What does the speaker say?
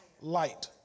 light